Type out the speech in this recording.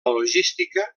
logística